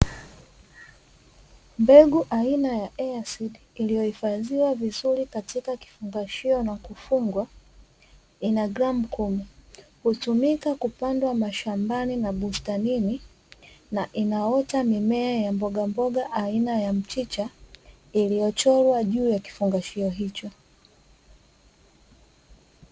Mbegu aina ya "Easeed" iliyohifadhiwa vizuri katika kifungashio na kufungwa, ina gramu kumi, hutumika kupandwa mashambani na bustanini na inaota mimea ya mbogamboga aina ya mchicha iliyochorwa juu ya kifungashio hicho.